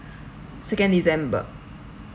second december